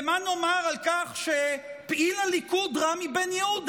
ומה נאמר על כך שפעיל הליכוד רמי בן יהודה,